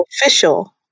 official